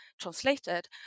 translated